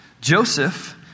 Joseph